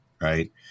right